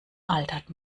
altert